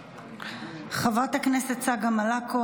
חברת הכנסת צגה מלקו,